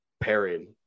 pairing